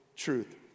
truth